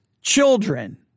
children